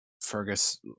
Fergus